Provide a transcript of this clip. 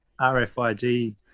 RFID